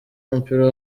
w’umupira